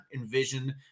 envision